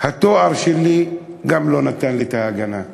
שגם התואר שלי לא נתן לי את ההגנה.